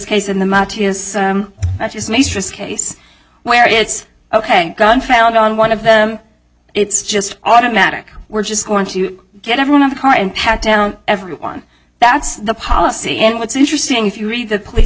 case in the matter is that his mistress case where it's ok gun found on one of them it's just automatic we're just going to get everyone in the car and pat down everyone that's the policy and what's interesting if you read the police